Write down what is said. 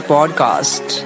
Podcast